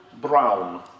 Brown